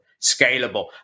scalable